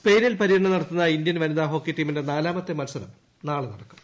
സ്പെയിനിൽ പര്യടനം നടത്തുന്ന ഇന്ത്യൻ വനിതാ ഹോക്കി ടീമിന്റെ നാലാമത്തെ മൽസരം നാളെ നടക്കും